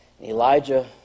Elijah